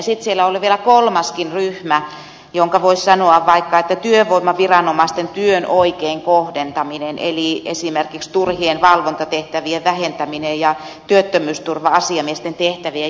sitten siellä oli vielä kolmaskin ryhmä josta voisi mainita vaikka työvoimaviranomaisten työn oikein kohdentamisen eli esimerkiksi turhien valvontatehtävien vähentämisen ja työttömyysturva asiamiesten tehtävien järjestelyn